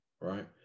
right